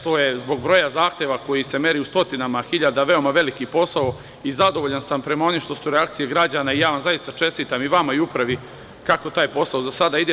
To je broja zahteva koji se meri u stotinama hiljada, veoma veliki posao i zadovoljan sam prema onim što su reakcije građana i ja vam zaista čestitam, i vama i Upravi, kako taj posao za sada ide.